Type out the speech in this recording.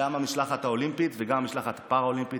גם המשלחת האולימפית וגם המשלחת הפרא-אולימפית.